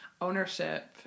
ownership